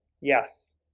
yes